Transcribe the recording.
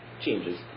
changes